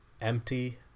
empty